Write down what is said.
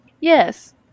yes